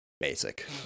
basic